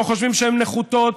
לא חושבים שהן נחותות,